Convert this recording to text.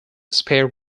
spear